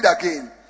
again